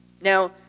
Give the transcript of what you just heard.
Now